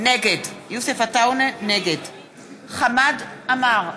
נגד חמד עמאר,